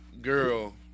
girl